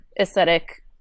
aesthetic